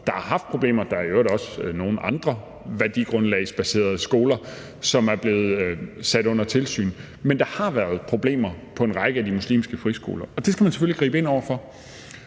der har haft problemer. Der er i øvrigt også nogle andre værdigrundlagsbaserede skoler, som er blevet sat under tilsyn. Men der har været problemer på en række af de muslimske friskoler, og det skal man selvfølgelig gribe ind over for.